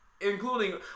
including